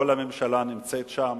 כל הממשלה נמצאת שם,